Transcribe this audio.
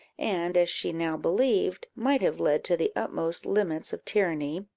and, as she now believed, might have led to the utmost limits of tyranny,